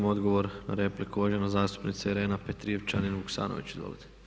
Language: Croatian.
Odgovor na repliku, uvažena zastupnica Irenaa Petrijevčanin Vuksanović, izvolite.